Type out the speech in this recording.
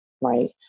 Right